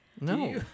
No